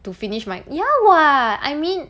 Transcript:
to finish my ya [what] I mean